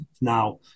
now